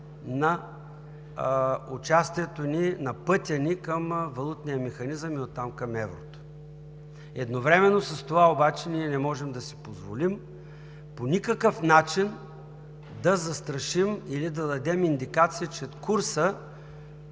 на участието ни, на пътя ни към валутния механизъм и оттам към еврото. Едновременно с това обаче ние не можем да си позволим по никакъв начин да застрашим или да дадем индикация, че курсът